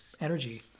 energy